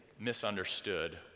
misunderstood